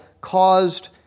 caused